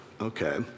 okay